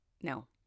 no